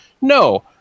No